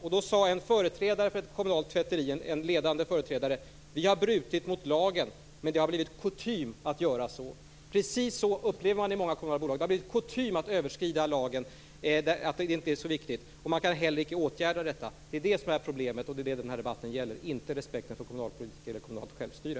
En ledande företrädare för ett kommunalt tvätteri sade där: Vi har brutit mot lagen, men det har blivit kutym att göra så. Precis så upplever man det i många kommunala bolag - det har blivit kutym att överskrida lagen och betrakta den som inte så viktig. Det går inte heller att åtgärda detta, och detta är problemet som den här debatten gäller, inte respekten för kommunalpolitik eller kommunalt självstyre.